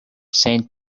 saint